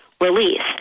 release